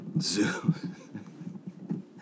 Zoom